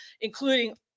including